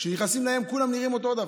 כשנכנסים לים, כולם נראים אותו דבר.